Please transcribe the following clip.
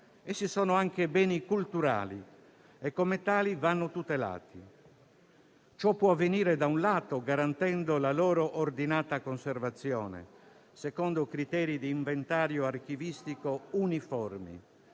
essi sono anche beni culturali e come tali vanno tutelati. Ciò può avvenire da un lato garantendo la loro ordinata conservazione, secondo criteri di inventario archivistico uniforme;